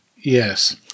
Yes